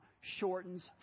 shortens